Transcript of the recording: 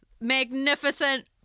Magnificent